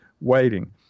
waiting